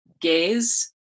gaze